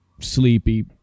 sleepy